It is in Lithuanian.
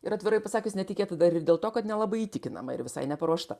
ir atvirai pasakius netikėta dar ir dėl to kad nelabai įtikinama ir visai neparuošta